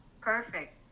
Perfect